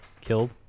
killed